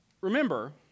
Remember